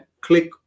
click